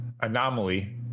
Anomaly